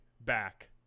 back